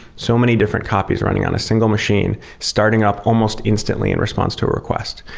so many different copies running on a single machine starting up almost instantly in response to a request,